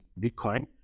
Bitcoin